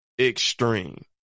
extreme